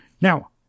Now